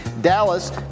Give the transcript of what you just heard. Dallas